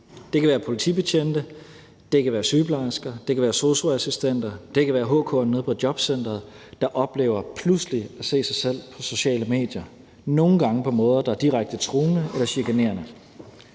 Det kan være politibetjente, det kan være sygeplejersker, det kan være sosu-assistenter, det kan være HK'eren nede på jobcenteret, der oplever pludselig at se sig selv på sociale medier, nogle gange på måder, der er direkte truende eller chikanerende.